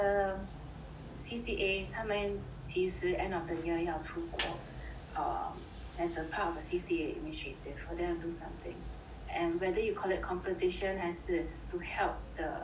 C_C_A 他们其实 end of the year 要出国 um as a part of a C_C_A initiative for them do something and whether you call it competition 还是 to help the um